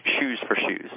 shoes-for-shoes